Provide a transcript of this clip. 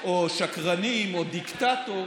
או "שקרנים", או "דיקטטור"